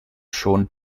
schon